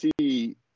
see